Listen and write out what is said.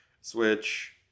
Switch